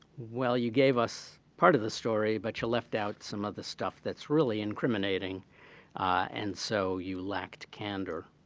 well, you gave us part of the story but you left out some other stuff that's really incriminating and so you lacked candor.